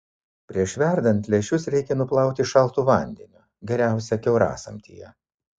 prieš verdant lęšius reikia nuplauti šaltu vandeniu geriausia kiaurasamtyje